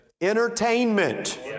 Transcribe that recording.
Entertainment